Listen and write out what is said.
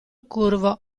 curvo